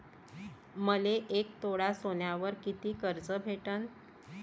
मले एक तोळा सोन्यावर कितीक कर्ज भेटन?